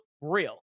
real